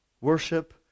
Worship